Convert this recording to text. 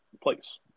place